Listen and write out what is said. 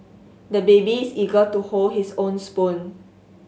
the baby is eager to hold his own spoon